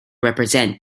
represent